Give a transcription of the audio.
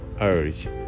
urge